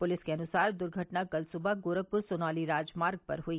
police के अनुसार दुर्घटना कल सुबह गोरखपुर सोनौली राजमार्ग पर हुई